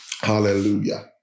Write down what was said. Hallelujah